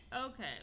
Okay